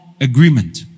agreement